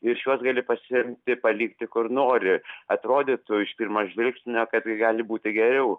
iš jos gali pasiimti palikti kur nori atrodytų iš pirmo žvilgsnio kad gali būti geriau